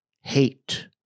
hate